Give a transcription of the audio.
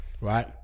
right